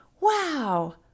Wow